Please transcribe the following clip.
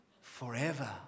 forever